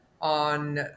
on